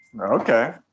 Okay